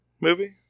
movie